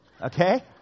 Okay